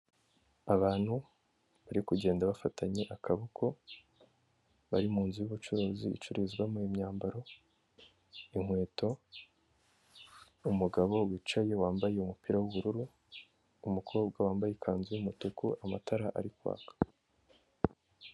Abantu barikugenda bafatanye akaboko bari mu nzu y'ubucuruzi icururizwamo imyambaro, inkweto, umugabo wicaye wambaye umupira w'ubururu, umukobwa wambaye ikanzu y'umutuku amatara arikwaka.